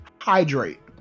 hydrate